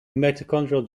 mitochondrial